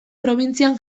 probintzian